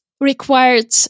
required